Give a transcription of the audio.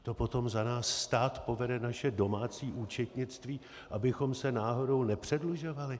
To potom za nás stát povede naše domácí účetnictví, abychom se náhodou nepředlužovali?